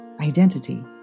identity